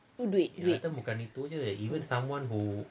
hulur duit duit tu